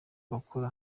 bakora